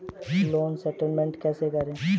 Loan settlement कैसे करें?